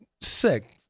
sick